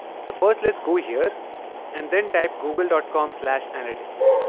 so, first let's go here and then type google dot com slash analytics